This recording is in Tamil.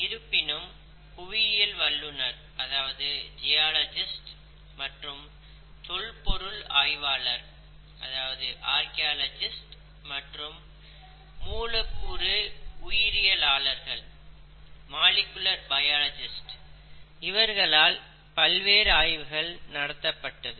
இருப்பினும் புவியியல் வல்லுநர் தொல்பொருள் ஆய்வாளர் மற்றும் மூலக்கூறு உயிரியலாளகளால் பல்வேறு ஆய்வுகள் நடத்தப் பட்டது